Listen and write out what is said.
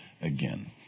again